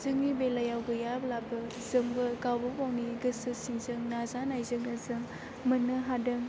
जोंनि बेलायाव गैयाब्लाबो जोंबो गावबा गावनि गोसो सिंजों नाजानायजोंनो जों मोननो हादों